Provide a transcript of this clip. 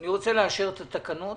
אני רוצה לאשר את התקנות.